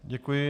Děkuji.